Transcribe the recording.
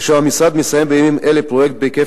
כאשר המשרד מסיים בימים אלה פרויקט בהיקף